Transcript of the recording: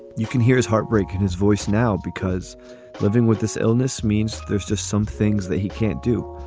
you can hear is heartbreaking, his voice now, because living with this illness means there's just some things that he can't do.